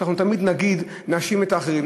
שאנחנו תמיד נאשים את האחרים.